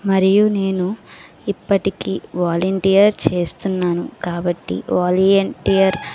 మరియు నేను ఇప్పటికీ వాలంటీర్ చేస్తున్నాను కాబట్టి వాలంటీర్